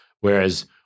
Whereas